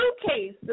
suitcase